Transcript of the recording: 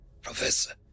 Professor